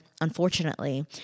unfortunately